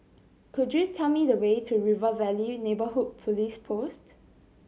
could you tell me the way to River Valley Neighbourhood Police Post